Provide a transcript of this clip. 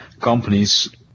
companies